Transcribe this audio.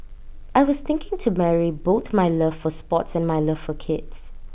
I was thinking to marry both my love for sports and my love for kids